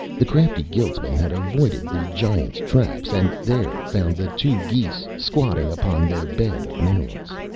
the crafty guildsman had avoided the giant's traps and there found the two geese squatting upon their bed of minerals.